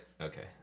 okay